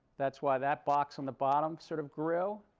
that's why that box on the bottom sort of grew.